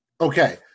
Okay